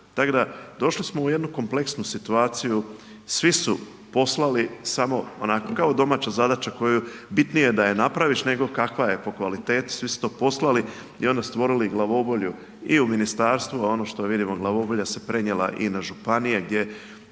da, došli smo u jednu kompleksnu situaciju. Svi su poslali, samo onako, kao domaća zadaća koju, bitnije da ju napraviš nego kakva je po kvaliteti, svi tu to poslali i onda stvorili glavobolju i u ministarstvu, a ono što vidimo, glavobolja se prenijela i na županije gdje,